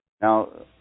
Now